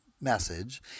message